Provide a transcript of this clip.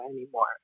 anymore